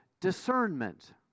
discernment